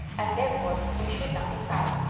and therefore we should not be proud.